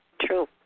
True